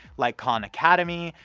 like khan academy,